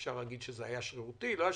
אפשר להגיד שזה היה שרירותי או לא,